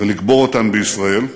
ולקבור אותן בישראל.